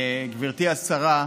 גברתי השרה,